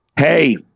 Hey